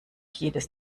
jedes